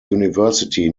university